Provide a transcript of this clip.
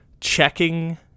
checking